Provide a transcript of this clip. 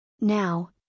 Now